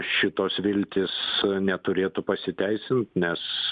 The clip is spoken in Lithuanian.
šitos viltys neturėtų pasiteisint nes